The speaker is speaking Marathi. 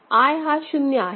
I हा शून्य आहे